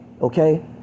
Okay